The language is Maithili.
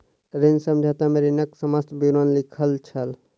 ऋण समझौता में ऋणक समस्त विवरण लिखल छल